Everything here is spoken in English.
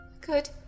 Good